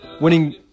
winning